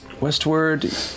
westward